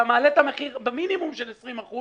אתה מעלה את המחיר לכל הפחות ב-20%,